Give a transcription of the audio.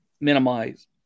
minimize